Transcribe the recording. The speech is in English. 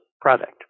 product